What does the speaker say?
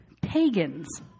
pagans